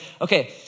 okay